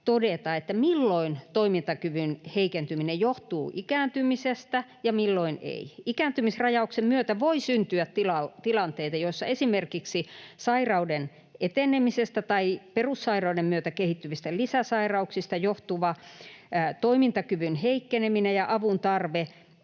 todeta, milloin toimintakyvyn heikentyminen johtuu ikääntymisestä ja milloin ei. Ikääntymisrajauksen myötä voi syntyä tilanteita, joissa esimerkiksi sairauden etenemisestä tai perussairauden myötä kehittyvistä lisäsairauksista johtuva toimintakyvyn heikkeneminen ja avuntarve